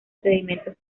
sedimentos